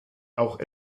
auch